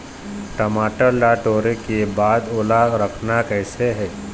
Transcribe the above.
टमाटर ला टोरे के बाद ओला रखना कइसे हे?